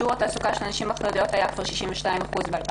שיעור התעסוקה של הנשים החרדיות היה כבר 61.7% ב-2010.